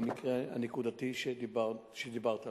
במקרה הנקודתי שדיברת עליו.